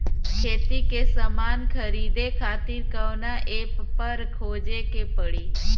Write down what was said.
खेती के समान खरीदे खातिर कवना ऐपपर खोजे के पड़ी?